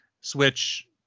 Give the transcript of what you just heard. switch